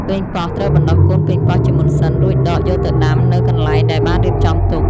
ប៉េងប៉ោះ ត្រូវបណ្ដុះកូនប៉េងប៉ោះជាមុនសិន រួចដកយកទៅដាំនៅកន្លែងដែលបានរៀបចំទុក។